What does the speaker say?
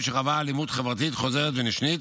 שחווה אלימות חברתית חוזרת ונשנית,